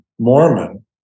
Mormon